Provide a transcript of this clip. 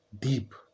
deep